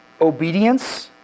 obedience